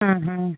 ಆ ಹಾಂ